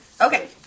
Okay